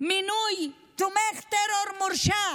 מינוי תומך טרור מורשע